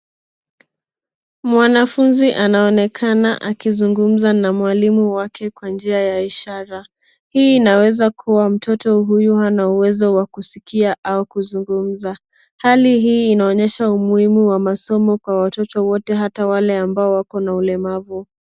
Mwanafunzi anaonekana akizungumza na mwalimu wake kwa njia ya ishara. Hii inaweza kuwa mtoto huyu hana uwezo wa kusikia au kuzungumza. Hali hii inaonyesha umuhimu wa masomo kwa watoto wote, hata wale ambao wako na ulemavu.